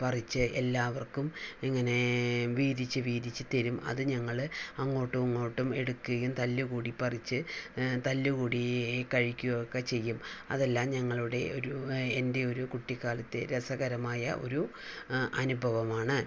പറിച്ച് എല്ലാവർക്കും ഇങ്ങനെ വീതിച്ചു വീതിച്ചു തരും അത് ഞങ്ങൾ അങ്ങോട്ടും ഇങ്ങോട്ടും എടുക്കുകയും തല്ലുകൂടി പറിച്ചു തല്ലുകൂടി കഴിക്കുകയൊക്കെ ചെയ്യും അതെല്ലാം ഞങ്ങളുടെ ഒരു എൻ്റെ ഒരു കുട്ടിക്കാലത്തെ രസകരമായ ഒരു അനുഭവമാണ്